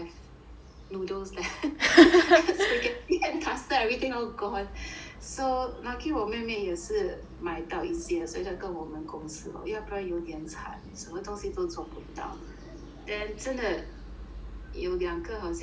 noodles leh spaghetti and pasta everything all gone so lucky 我妹妹也是买到一些所以他跟我们 gong si lor 要不然有点惨什么东西都做不到 then 真的有两个好像